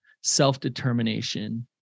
self-determination